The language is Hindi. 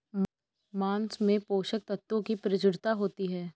माँस में पोषक तत्त्वों की प्रचूरता होती है